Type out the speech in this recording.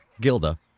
Gilda